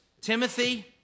Timothy